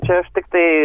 čia aš tiktai